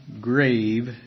grave